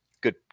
good